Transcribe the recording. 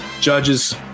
Judges